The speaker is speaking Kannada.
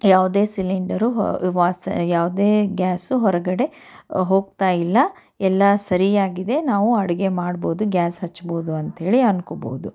ಯಾವುದೇ ಸಿಲಿಂಡರೂ ಯಾವುದೇ ಗ್ಯಾಸು ಹೊರಗಡೆ ಹೋಗ್ತಾಯಿಲ್ಲ ಎಲ್ಲ ಸರಿಯಾಗಿದೆ ನಾವು ಅಡಿಗೆ ಮಾಡ್ಬೋದು ಗ್ಯಾಸ್ ಹಚ್ಬೋದು ಅಂತೇಳಿ ಅನ್ಕೋಬೋದು